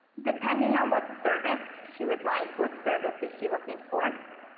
depending on what service she would like. what service is she looking for?